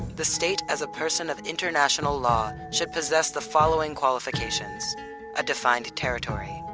the state as a person of international law should possess the following qualifications a defined territory,